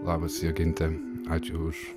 labas joginte ačiū už